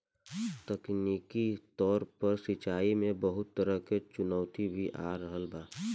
तकनीकी तौर पर सिंचाई में बहुत तरह के चुनौती भी आ रहल बा